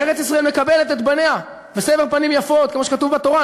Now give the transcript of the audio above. ארץ-ישראל מקבלת את בניה בסבר פנים יפות כמו שכתוב בתורה.